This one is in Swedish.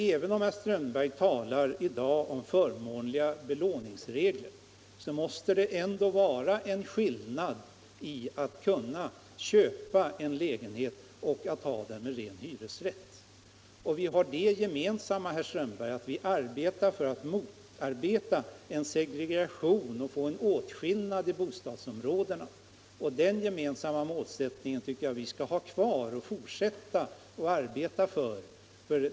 Även om herr Strömberg i dag talar om förmånliga belåningsregler måste det ändå vara skillnad att kunna köpa en lägenhet och att ha den med ren hyresrätt. Vi har det gemensamt, herr Strömberg, att vi söker motarbeta en segregation och en åtskillnad i bostadsområdena. Den gemensamma målsättningen tycker jag att vi skall ha kvar och fortsätta att arbeta för.